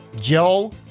Joe